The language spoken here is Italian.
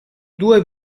due